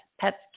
pets